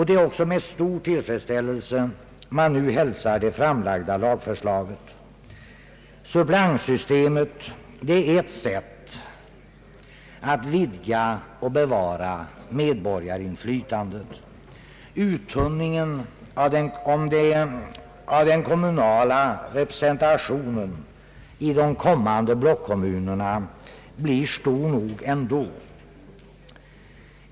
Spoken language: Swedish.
Det är också med stor tillfredsställelse som man nu hälsar det framlagda lagförslaget. Suppleantsystemet är ett sätt att vidga och bevara medborgarinflytandet. Uttunningen av den kommunala representationen i de kommande blockkommunerna blir stor nog ändå.